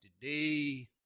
today